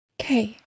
Okay